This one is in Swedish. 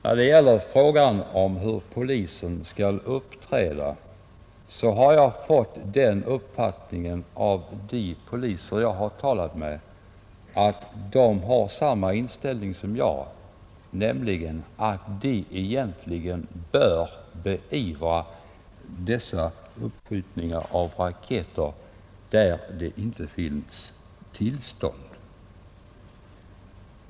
När det gäller frågan hur polisen skall uppträda har de poliser som jag talat med haft samma uppfattning som jag, nämligen den att de egentligen bör beivra uppskjutningar av raketer i de fall där det inte finns tillstånd.